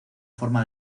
forma